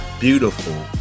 beautiful